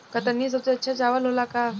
कतरनी सबसे अच्छा चावल होला का?